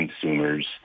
consumers